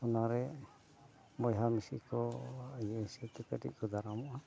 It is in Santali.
ᱚᱱᱟᱨᱮ ᱵᱚᱭᱦᱟ ᱢᱤᱥᱤ ᱠᱚᱣᱟᱜ ᱤᱭᱟᱹ ᱦᱤᱥᱟᱹᱵᱛᱮ ᱠᱟᱹᱴᱤᱡ ᱠᱚ ᱫᱟᱨᱟᱢᱚᱜᱼᱟ